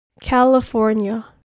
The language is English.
California